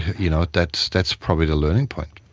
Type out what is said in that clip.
you know that's that's probably the learning point.